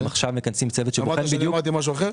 הם עכשיו מכנסים צוות שבוחן בדיוק --- אתה שמעת שאמרתי משהו אחר?